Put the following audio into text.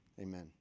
amen